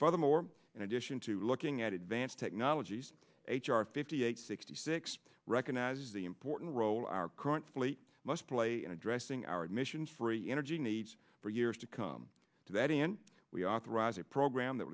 furthermore in addition to looking at advanced technologies h r fifty eight sixty six recognizes the important role our current fleet must play in addressing our mission free energy needs for years to come to that end we authorize a program that